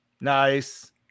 Nice